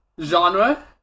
genre